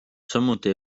samuti